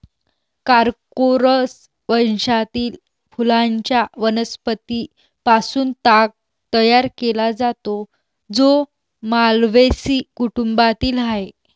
Corchorus वंशातील फुलांच्या वनस्पतीं पासून ताग तयार केला जातो, जो माल्व्हेसी कुटुंबातील आहे